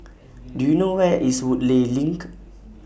Do YOU know Where IS Woodleigh LINK